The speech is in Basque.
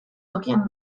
tokian